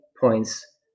points